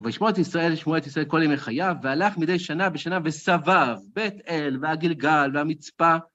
ולשמוע את ישראל ולשמוע את ישראל כל ימי חייו, והלך מדי שנה ושנה וסבב בית אל והגלגל והמצפה.